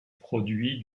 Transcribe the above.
produits